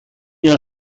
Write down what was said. jahr